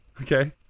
Okay